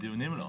הדיונים לא.